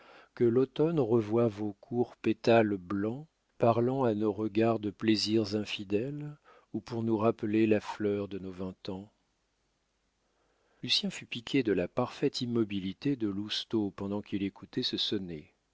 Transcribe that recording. que l'automne revoit vos courts pétales blancs parlant à nos regards de plaisirs infidèles ou pour nous rappeler la fleur de nos vingt ans lucien fut piqué de la parfaite immobilité de lousteau pendant qu'il écoutait ce